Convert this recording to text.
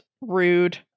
rude